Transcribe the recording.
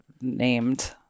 named